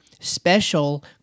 special